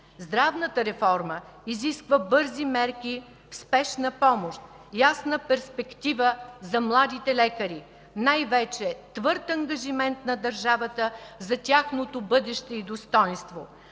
Здравната реформа изисква бързи мерки, спешна помощ, ясна перспектива за младите лекари, най-вече твърд ангажимент на държавата за тяхното бъдеще и достойнство.